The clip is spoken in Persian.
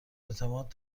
اعتماد